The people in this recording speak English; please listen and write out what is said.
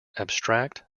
abstract